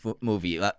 movie